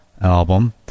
album